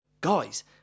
guys